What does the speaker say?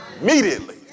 immediately